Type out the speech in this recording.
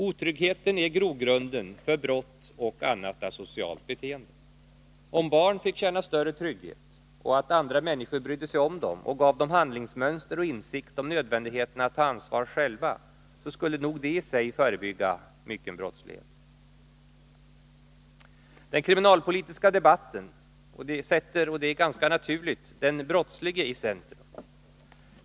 Otryggheten är grogrunden för brott och annat asocialt beteende. Om barn fick känna större trygghet och känna att andra människor brydde sig om dem och gav dem handlingsmönster och insikt om nödvändigheten att ta ansvar själva, skulle nog det i sig förebygga mycken brottslighet. Den kriminalpolitiska debatten sätter — och det är ganska naturligt — den brottslige i centrum.